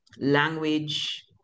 language